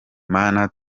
mana